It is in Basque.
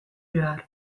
behar